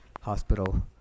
hospital